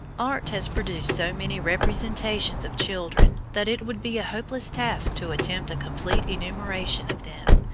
art has produced so many representations of children that it would be a hopeless task to attempt a complete enumeration of them,